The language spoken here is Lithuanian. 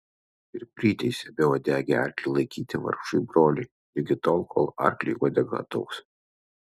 ir priteisė beuodegį arklį laikyti vargšui broliui ligi tol kol arkliui uodega ataugs